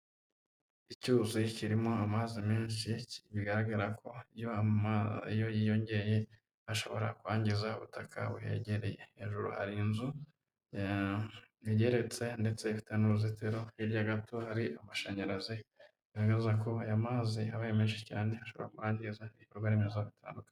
Icyuzi kirimo amazi menshi, bigaragara ko iyo amazi yiyongereye ashobora kwangiza ubutaka buhegereye, hejuru hari inzu igeretse ndetse ifite n'uruzitiro, hirya gato hari amashanyarazi, bemeza ko aya mazi abaye menshi cyane, ashobora kwangiza ibikorwa remezo bitandukanye.